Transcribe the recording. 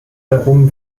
darum